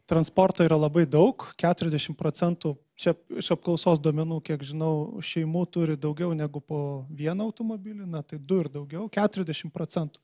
transporto yra labai daug keturiasdešimt procentų čia iš apklausos duomenų kiek žinau šeimų turi daugiau negu po vieną automobilį na tai du ir daugiau keturiasdešimt procentų